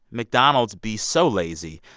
mcdonald's be so lazy.